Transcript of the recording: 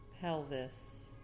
pelvis